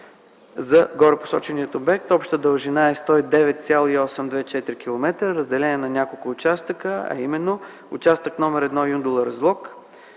за горепосочения обект. Общата дължина е 109,824 км, разделен е на няколко участъка, а именно: участък № 1 – Юндола-Разлог,